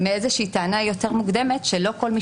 התחלתי מטענה יותר מוקדמת שלא כל מי